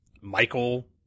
Michael